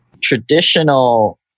Traditional